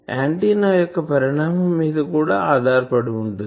antenna యొక్క పరిణామం మీద కూడా ఆధారపడి ఉంటుంది